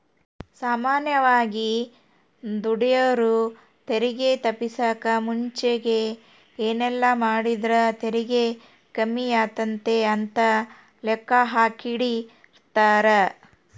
ಸಾಮಾನ್ಯವಾಗಿ ದುಡೆರು ತೆರಿಗೆ ತಪ್ಪಿಸಕ ಮುಂಚೆಗೆ ಏನೆಲ್ಲಾಮಾಡಿದ್ರ ತೆರಿಗೆ ಕಮ್ಮಿಯಾತತೆ ಅಂತ ಲೆಕ್ಕಾಹಾಕೆಂಡಿರ್ತಾರ